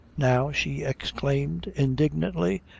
now, she exclaimed indignantly,